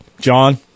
John